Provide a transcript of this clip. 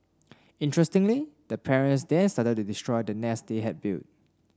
interestingly the parents then started to destroy the nest they had built